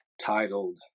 titled